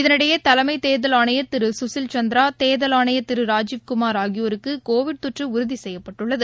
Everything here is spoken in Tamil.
இதனிடையேதலைமைதே்தல் ஆணையர் திருசுசில் சந்திரா தேர்தல் ஆணையர் திருராஜீவ் குமார் ஆகியோருக்குகோவிட் தொற்றுஉறுதிசெய்யப்பட்டுள்ளது